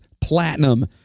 platinum